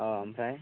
अह आमफ्राय